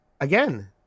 again